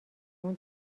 اون